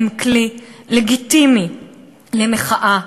הן כלי לגיטימי למחאה.